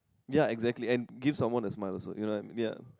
ya exactly and give someone a smile also you know ya